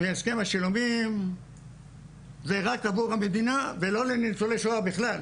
מהסכם השילומים זה רק עבור המדינה ולא לניצולי שואה בכלל,